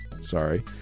sorry